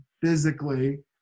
physically